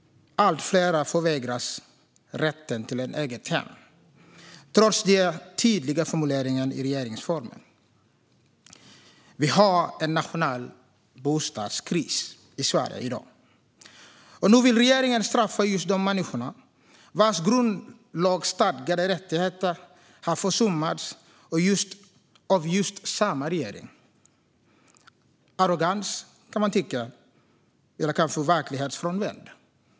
Allt fler förvägras rätten till ett eget hem, trots den tydliga formuleringen i regeringsformen. Vi har en nationell bostadskris i Sverige i dag. Nu vill regeringen straffa just de människor vars grundlagsstadgade rättigheter har försummats av samma regering. Man kan tycka att det är arrogant eller verklighetsfrånvänt.